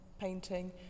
Painting